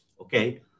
okay